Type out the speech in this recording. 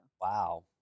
Wow